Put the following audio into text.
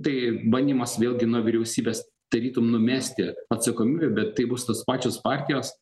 tai bandymas vėlgi nuo vyriausybės tarytum numesti atsakomybę bet tai bus tos pačios partijos